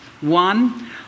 One